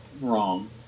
wrong